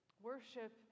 Worship